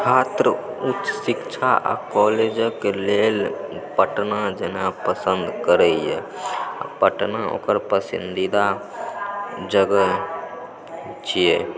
छात्र उच्च शिक्षा आ कॉलेजक लेल पटना जेना पसन्द करैए पटना ओकर पसंदीदा जगह छियै